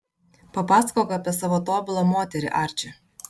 papasakok apie savo tobulą moterį arči